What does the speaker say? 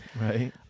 Right